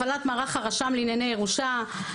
הפעלת מערך הרשם לענייני ירושה,